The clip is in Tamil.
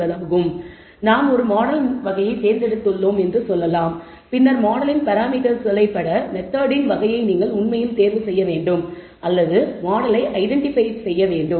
எனவே நாம் ஒரு மாடல் வகையை தேர்ந்தெடுத்துள்ளோம் என்று சொல்லலாம் பின்னர் மாடலின் பாராமீட்டர்ஸ்களை பெற மெத்தெட்டின் வகையை நீங்கள் உண்மையில் தேர்வு செய்ய வேண்டும் அல்லது மாடலை ஐடென்டிபை செய்ய வேண்டும்